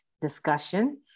discussion